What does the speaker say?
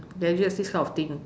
gadgets this type of thing